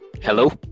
Hello